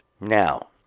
Now